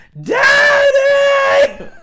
daddy